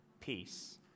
peace